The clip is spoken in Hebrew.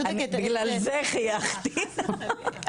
צודקת,